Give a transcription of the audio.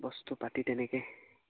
বস্তু পাতি তেনেকে